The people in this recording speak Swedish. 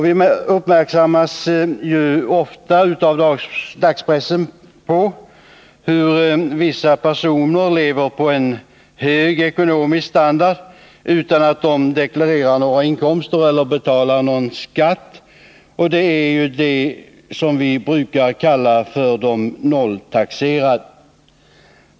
Vi uppmärksammas ganska ofta av dagspressen på hur vissa personer lever på en hög ekonomisk standard utan att de deklarerar några inkomster eller betalar någon skatt — det är dem vi brukar kalla för nolltaxerare.